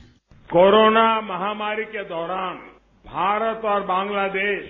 bite corona महामारी के दौरान भारत और बांग्लादेश